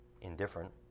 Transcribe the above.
indifferent